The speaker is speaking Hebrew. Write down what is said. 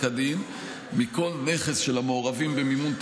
הדין מכל נכס של המעורבים במימון טרור,